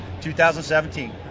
2017